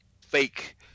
fake